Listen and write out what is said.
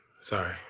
Sorry